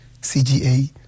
CGA